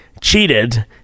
cheated